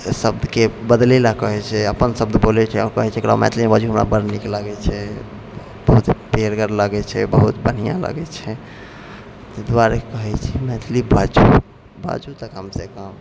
शब्दके बदलैला कहैत छै अपन शब्द बोलैत छै आओर कहैत छै एकरा मैथिलीमे बाजू हमरा बड नीक लागैत छै बहुत पियरगर लगैत छै बहुत बढ़िआँ लगैत छै ताहि दुआरे कहैत छी मैथिली बाजू बाजू तऽ कमसँ कम